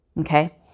okay